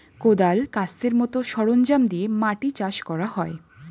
কোদাল, কাস্তের মত সরঞ্জাম দিয়ে মাটি চাষ করা হয়